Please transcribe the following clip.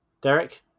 Derek